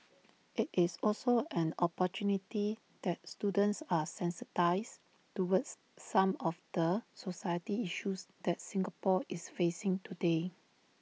IT is also an opportunity that students are sensitised towards some of the society issues that Singapore is facing today